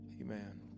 Amen